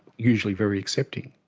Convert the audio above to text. usually very accepting.